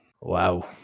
wow